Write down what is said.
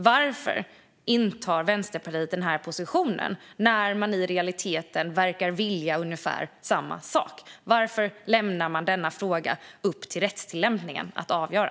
Varför intar Vänsterpartiet denna position när man i realiteten verkar vilja ungefär samma sak? Varför lämnar man det till rättstillämpningen att avgöra?